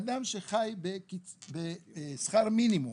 אדם שחי בשכר מינימום,